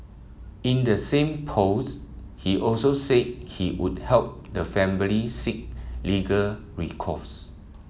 in the same post he also said he would help the family seek legal recourse